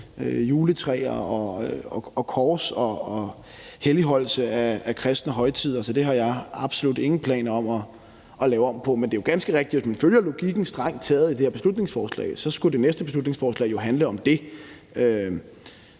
juletræer, kors og helligholdelse af kristne højtider, så det har jeg absolut ingen planer om at lave om på. Men det er jo ganske rigtigt, at hvis man følger logikken i det her beslutningsforslag, så skulle det